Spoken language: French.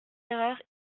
erreurs